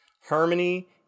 Harmony